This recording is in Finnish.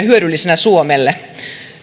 hyödyllisenä suomelle